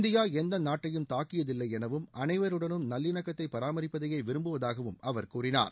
India எந்த நாட்டையும் தாக்கியதில்லை எனவும் அனைவருடனும் நல்லிணக்கத்தை பராமரிப்பதையே விரும்புவதாகவும் அவர் கூறினார்